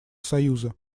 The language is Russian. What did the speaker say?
союза